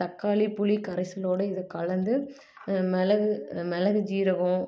தக்காளி புளி கரைசலோடு இதை கலந்து மிளகு மிளகு சீரகம்